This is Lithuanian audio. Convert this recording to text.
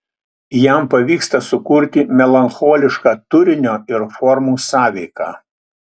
jam pavyksta sukurti melancholišką turinio ir formų sąveiką